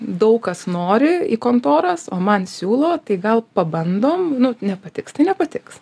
daug kas nori į kontoras o man siūlo tai gal pabandom nu nepatiks tai nepatiks